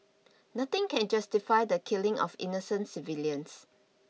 nothing can justify the killing of innocent civilians